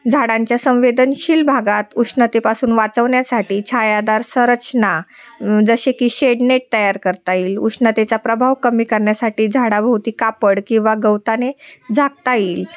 झाडांच्या संवेदनशील भागात उष्णतेपासून वाचवण्यासाठी छायादार संरचना जसे की शेडनेट तयार करता येईल उष्णतेचा प्रभाव कमी करण्यासाठी झाडाभोवती कापड किंवा गवताने झाकता येईल